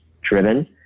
driven